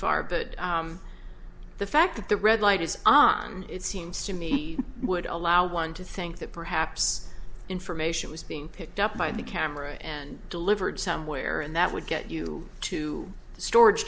far but the fact that the red light is on it seems to me would allow one to think that perhaps information was being picked up by the camera and delivered somewhere and that would get you to the storage